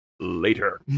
Later